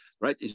right